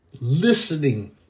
Listening